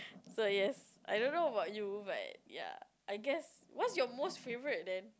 so yes I don't know about you but ya I guess what's your most favourite then